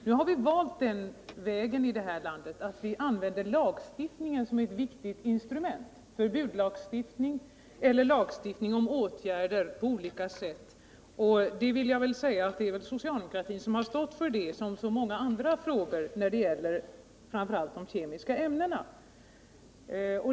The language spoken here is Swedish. Nu har vi valt den vägen i det här landet att vi använder lagstiftningen som ett viktigt instrument — förbudslagstiftning eller lagstiftning om åtgärder på olika områden — och jag vill säga att det är socialdemokratin som har stått för initiativet liksom i så många andra frågor när det gäller framför allt de kemiska ämnena.